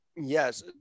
Yes